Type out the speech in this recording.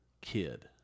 kid